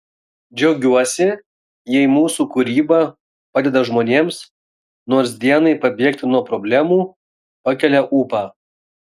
džiaugiuosi jei mūsų kūryba padeda žmonėms nors dienai pabėgti nuo problemų pakelia ūpą